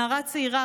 נערה צעירה,